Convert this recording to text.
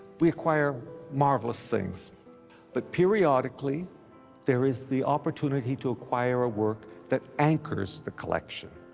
we acquire marvelous things but periodically there is the opportunity to acquire a work that anchors the collection.